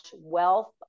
wealth